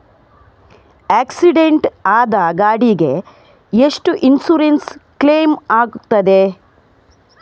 Accident ಆದ ಗಾಡಿಗೆ ಎಷ್ಟು ಇನ್ಸೂರೆನ್ಸ್ ಕ್ಲೇಮ್ ಆಗ್ತದೆ?